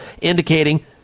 indicating